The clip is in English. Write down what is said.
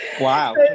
Wow